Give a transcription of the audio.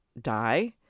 die